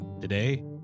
Today